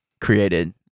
created